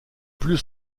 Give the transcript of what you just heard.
plus